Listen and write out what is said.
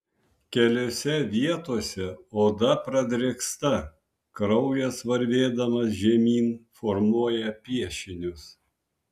keliose vietose oda pradrėksta kraujas varvėdamas žemyn formuoja piešinius